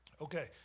Okay